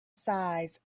size